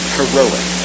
heroic